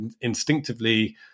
instinctively